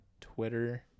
Twitter